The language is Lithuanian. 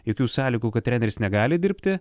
jokių sąlygų kad treneris negali dirbti